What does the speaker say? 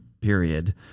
period